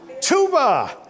Tuba